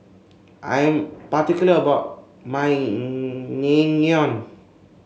I am particular about my